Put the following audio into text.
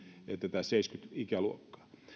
tätä seitsemänkymmenen ikäluokkaa